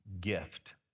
gift